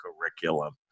curriculum